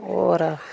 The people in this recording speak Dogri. होर